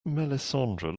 melissandre